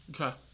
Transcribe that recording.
Okay